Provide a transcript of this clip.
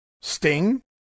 Sting